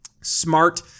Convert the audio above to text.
smart